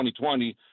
2020